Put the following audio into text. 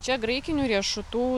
čia graikinių riešutų